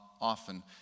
often